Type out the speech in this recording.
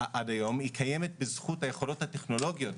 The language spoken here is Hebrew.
עד היום, היא קיימת בזכות היכולות הטכנולוגיות.